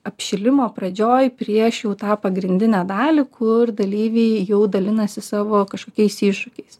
apšilimą pradžioj prieš jau tą pagrindinę dalį kur dalyviai jau dalinasi savo kažkokiais iššūkiais